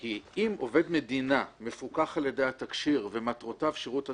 כי אם עובד מדינה מפוקח על ידי התקשי"ר ומטרותיו שירות הציבור,